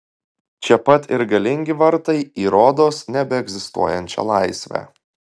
čia pat ir galingi vartai į rodos nebeegzistuojančią laisvę